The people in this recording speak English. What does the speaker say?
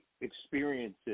experiences